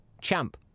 Champ